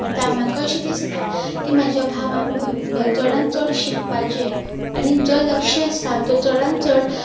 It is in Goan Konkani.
आतां म्हाका अशें दिसता की म्हाज्या भावान भरपू चडान चड शिकपाचें आनी जो लक्ष आसा तो चडान चड